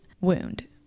wound